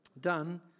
done